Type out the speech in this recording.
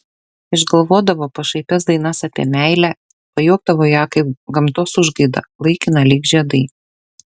išgalvodavo pašaipias dainas apie meilę pajuokdavo ją kaip gamtos užgaidą laikiną lyg žiedai